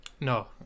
no